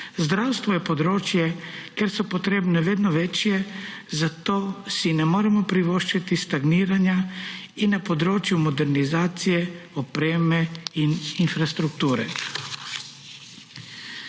Zdravstvo je področje, kjer so potrebe vedno večje, zato si ne moremo privoščiti stagniranja na področju modernizacije, opreme in infrastrukture.